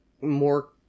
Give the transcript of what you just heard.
more